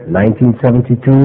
1972